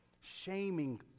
shaming